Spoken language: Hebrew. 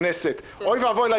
ארבל,